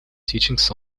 teachings